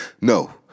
No